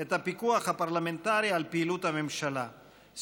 את הפיקוח הפרלמנטרי על פעילות הממשלה,